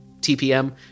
TPM